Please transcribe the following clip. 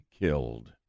killed